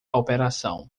operação